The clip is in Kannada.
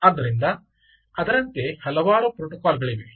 ಆದ್ದರಿಂದ ಅದರಂತೆ ಹಲವಾರು ಪ್ರೋಟೋಕಾಲ್ ಗಳಿವೆ